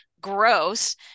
gross